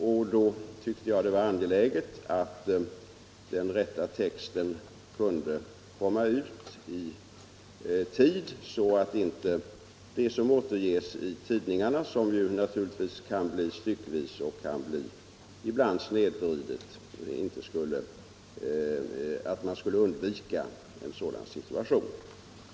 Därför tyckte jag det var angeläget att den riktiga texten kunde komma ut i tid, så att det inte i tidningarna skulle bli återgivet styckvis eller snedvridet. Det var alltså för att undvika en sådan situation som talet sändes ut.